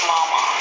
Mama